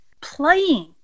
playing